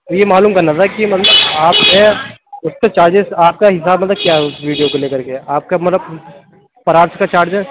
یہی معلوم کرنا تھا کہ مطلب آپ اُس کے چارجز آپ کا حساب مطلب کیا ہے اُس ویڈیو کو لے کر آپ کا مطلب اور آپ کا چارجز